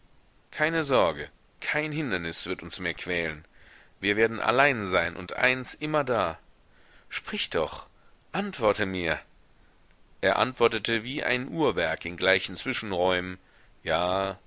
keine sorge kein hindernis wird uns mehr quälen wir werden allein sein und eins immerdar sprich doch antworte mir er antwortete wie ein uhrwerk in gleichen zwischenräumen ja